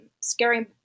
scary